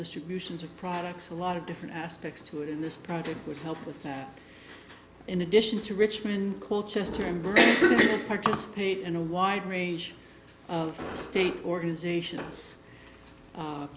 distributions of products a lot of different aspects to it in this project which help with that in addition to richmond cool chester and berkeley participate in a wide range of state organization u